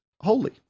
holy